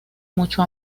mucho